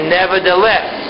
nevertheless